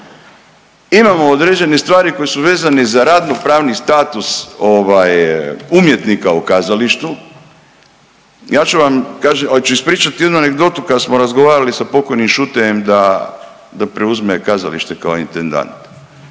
imamo određene stvari koje su vezane za radno pravni status ovaj umjetnika u kazalištu. Ja ću vam, al ću ispričati jednu anegdotu kad smo razgovarali sa pokojim Šutejem da, da preuzme kazalište kao intendant.